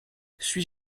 suis